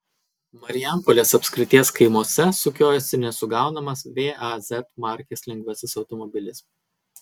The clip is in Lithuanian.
marijampolės apskrities kaimuose sukiojasi nesugaunamas vaz markės lengvasis automobilis